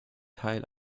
teil